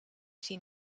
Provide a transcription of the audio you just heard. siin